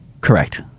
Correct